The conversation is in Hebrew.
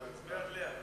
ההצעה להעביר